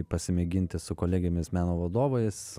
pasimėginti su kolegėmis meno vadovais